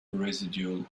residual